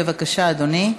בבקשה, אדוני.